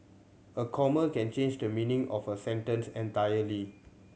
a comma can change the meaning of a sentence entirely